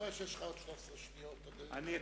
אתה רואה שיש לך 13 שניות, אדוני?